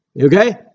Okay